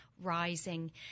Rising